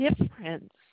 difference